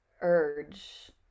urge